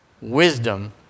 Wisdom